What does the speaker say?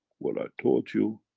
what i taught you,